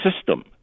system